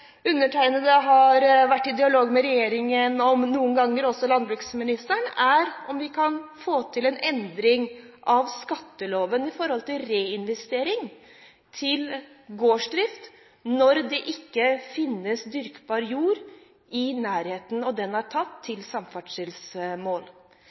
undertegnede har vært i dialog med regjeringen om – noen ganger også med landbruksministeren – er om vi kan få til en endring av skatteloven når det gjelder reinvestering i gårdsdrift. Når det ikke finnes dyrkbar jord i nærheten, når den er tatt